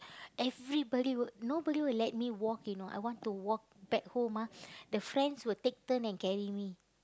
everybody would nobody would let me walk you know I want to walk back home ah the friends will take turn and carry me